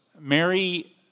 Mary